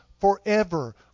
forever